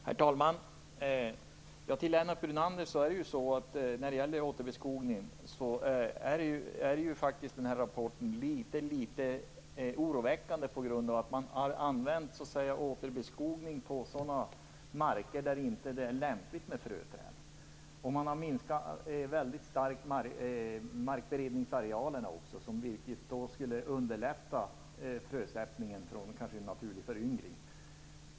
Herr talman! Jag vill till Lennart Brunander säga att rapporten är litet oroväckande när det gäller återbeskogning. Man har försökt med återbeskogning på marker där det inte är lämpligt med fröträd. Man har också mycket starkt minskat arealerna för markberedning, trots att denna underlättar naturlig föryngring genom frösättning.